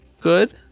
good